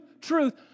truth